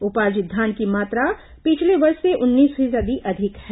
उपार्जित धान की मात्रा पिछले वर्ष से उन्नीस फीसदी अधिक है